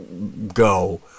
go